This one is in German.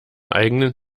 eigenen